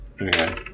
Okay